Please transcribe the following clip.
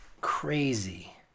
crazy